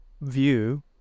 view